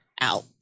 out